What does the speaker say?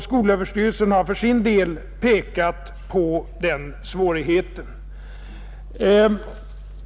Skolöverstyrelsen har för sin del pekat på den svårigheten.